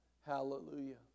Hallelujah